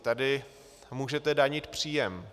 Tady můžete danit příjem.